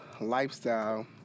lifestyle